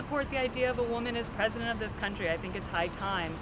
this country i think it's high time